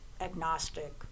agnostic